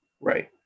Right